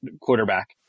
quarterback